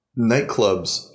nightclubs